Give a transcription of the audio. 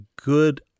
good